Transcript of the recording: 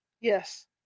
Yes